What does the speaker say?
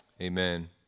Amen